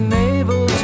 naval